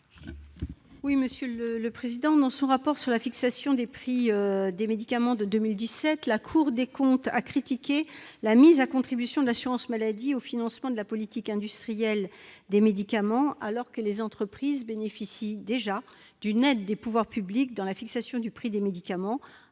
à Mme Laurence Cohen. Dans son rapport sur la fixation des prix des médicaments de 2017, la Cour des comptes a critiqué la mise à contribution de l'assurance maladie pour le financement de la politique industrielle des médicaments, alors que les entreprises bénéficient déjà d'une aide des pouvoirs publics au travers de la fixation du prix des médicaments,